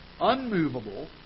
unmovable